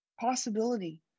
possibility